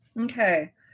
Okay